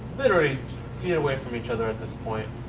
literally feet away from each other at this point.